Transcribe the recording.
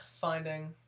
Finding